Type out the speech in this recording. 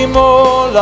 more